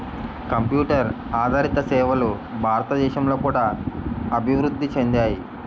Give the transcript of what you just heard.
computer ఆదారిత సేవలు భారతదేశంలో కూడా అభివృద్ధి చెందాయి